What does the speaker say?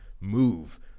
move